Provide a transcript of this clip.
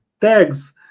tags